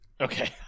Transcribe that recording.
Okay